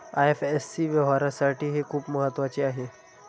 IFSC व्यवहारासाठी हे खूप महत्वाचे आहे